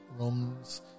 rooms